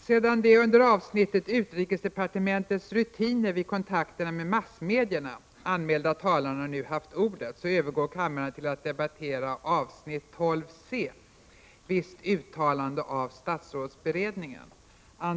Sedan de under avsnittet Utrikesdepartementets rutiner vid kontakter med massmedierna anmälda talarna nu haft ordet övergår kammaren till att debattera avsnitt 12 c: Visst uttalande av statsrådsberedningen.